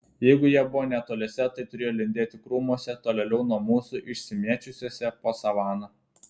jeigu jie buvo netoliese tai turėjo lindėti krūmuose tolėliau nuo mūsų išsimėčiusiuose po savaną